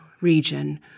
region